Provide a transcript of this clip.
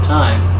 time